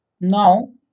Now